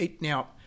Now